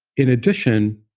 in addition,